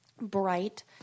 bright